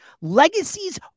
Legacies